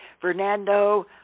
Fernando